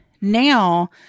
Now